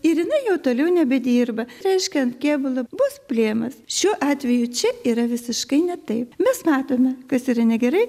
ir jinai jau toliau nebedirba reiškia ant kėbulo bus plėmas šiuo atveju čia yra visiškai ne taip mes matome kas yra negerai